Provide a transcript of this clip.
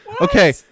Okay